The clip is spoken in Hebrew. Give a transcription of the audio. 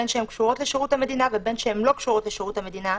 בין שהן קשורות לשירות המדינה ובין שהן לא קשורות לשירות המדינה,